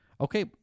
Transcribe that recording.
Okay